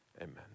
amen